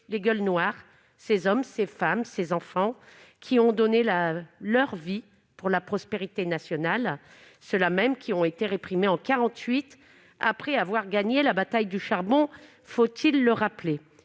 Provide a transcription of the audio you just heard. des « gueules noires », ces hommes, ces femmes, ces enfants qui ont donné leur vie pour la prospérité nationale, ceux-là mêmes qui ont été réprimés en 1948 après avoir- faut-il le rappeler ?